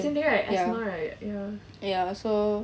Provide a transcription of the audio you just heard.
the same thing right asthma right ya